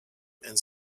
and